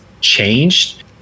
changed